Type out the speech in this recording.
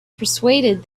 persuaded